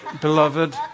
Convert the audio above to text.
beloved